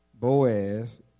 Boaz